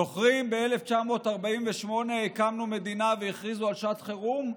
זוכרים שב-1948 הקמנו מדינה והכריזו על שעת חירום?